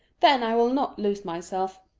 then i will not lose myself,